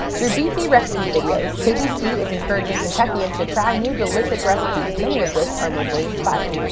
through beefy recipe videos, kbc is encouraging kentuckians to try new delicious recipes, many of which are locally inspired.